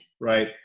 right